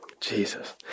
Jesus